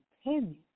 opinion